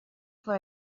for